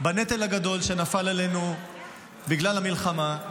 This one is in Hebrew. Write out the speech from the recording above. בנטל הגדול שנפל עלינו בגלל המלחמה,